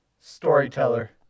Storyteller